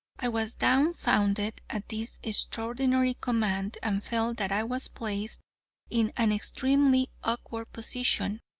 i was dumbfounded at this extraordinary command and felt that i was placed in an extremely awkward position.